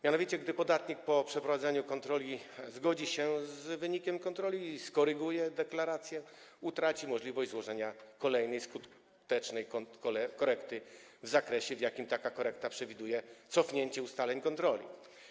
Mianowicie gdy podatnik po przeprowadzeniu kontroli zgodzi się z wynikiem kontroli i skoryguje deklarację, utraci możliwość złożenia kolejnej skutecznej korekty w zakresie, w jakim taka korekta przewiduje cofnięcie ustaleń kontroli.